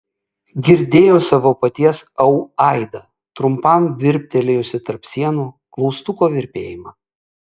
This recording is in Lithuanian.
girdėjo savo paties au aidą trumpam virptelėjusį tarp sienų klaustuko virpėjimą